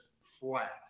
flat